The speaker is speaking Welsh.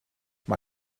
mae